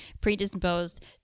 predisposed